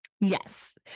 Yes